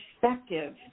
perspective